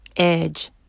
Edge